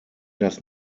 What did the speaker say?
das